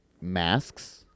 masks